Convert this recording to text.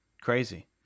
Crazy